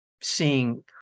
seeing